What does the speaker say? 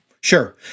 Sure